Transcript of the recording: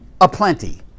aplenty